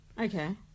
Okay